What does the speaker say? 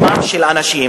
היא באה מצד האגף המשפטי,